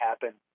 happen